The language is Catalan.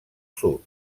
sud